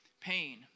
pain